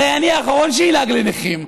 הרי אני האחרון שאלעג לנכים,